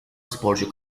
sporcu